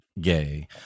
gay